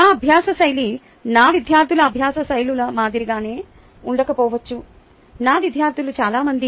నా అభ్యాస శైలి నా విద్యార్థుల అభ్యాస శైలుల మాదిరిగానే ఉండకపోవచ్చు నా విద్యార్థులు చాలా మంది